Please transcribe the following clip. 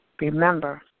Remember